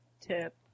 tip